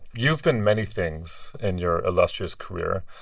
you've been many things in your illustrious career.